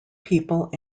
people